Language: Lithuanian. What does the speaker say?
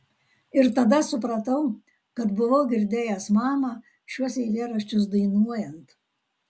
ir tada supratau kad buvau girdėjęs mamą šiuos eilėraščius dainuojant